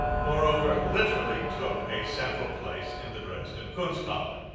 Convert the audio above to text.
moreover literally took a central place in the dresden kunstkammer.